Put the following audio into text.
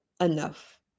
enough